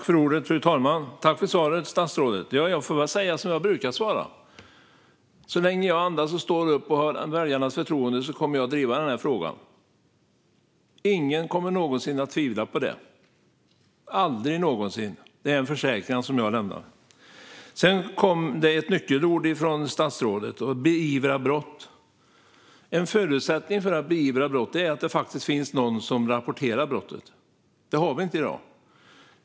Fru talman! Tack för svaret, statsrådet! Jag får väl säga som jag brukar: Så länge jag andas, står upp och har väljarnas förtroende kommer jag att driva den här frågan. Ingen kommer någonsin att behöva tvivla på det. Det är en försäkran som jag lämnar. Det kom ett par nyckelord från statsrådet: beivra brott. En förutsättning för att beivra brott är att det finns någon som rapporterar brottet. Det har vi inte i dag.